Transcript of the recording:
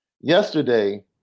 yesterday